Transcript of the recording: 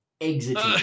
exiting